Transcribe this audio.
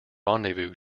rendezvous